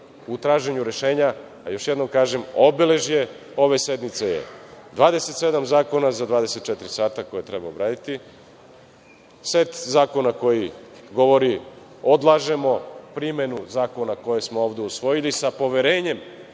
u traženju rešenje. Još jednom kažem, obeležje ove sednice je 27 zakona za 24 sata koje treba obraditi, set zakona koji govori odlažemo primenu zakona koje smo ovde usvojili sa poverenjem